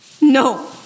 no